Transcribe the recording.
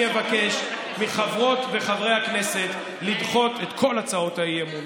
אני אבקש מחברות וחברי הכנסת לדחות את כל הצעות האי-אמון.